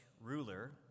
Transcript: ruler